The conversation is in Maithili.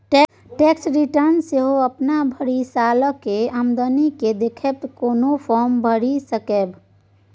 टैक्स रिटर्न सेहो अपन भरि सालक आमदनी केँ देखैत कोनो फर्म भरि सकैए